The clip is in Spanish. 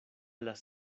las